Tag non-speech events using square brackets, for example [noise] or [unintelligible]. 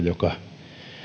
[unintelligible] joka